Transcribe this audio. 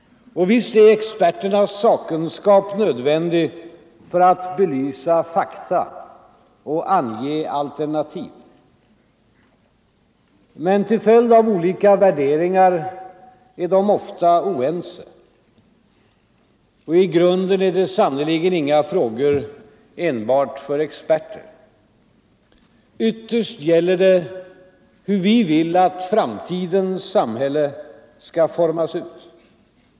Visst är deras sakkunskap nödvändig för att belysa fakta och ange alternativ. Men till följd av olika värderingar är de ofta oense. Och i grunden är det sannerligen inga frågor enbart för experter. Ytterst gäller det hur vi vill att framtidens samhälle skall formas ut.